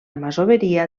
masoveria